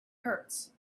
hurts